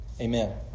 Amen